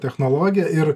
technologija ir